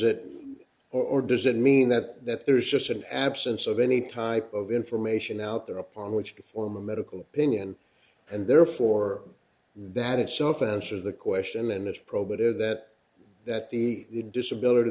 it or does it mean that there is just an absence of any type of information out there upon which to form a medical opinion and therefore that itself answer the question and it's probably there that that the disability